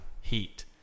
heat